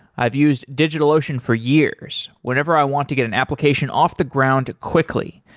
i've used digitalocean for years whenever i want to get an application off the ground quickly,